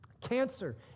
Cancer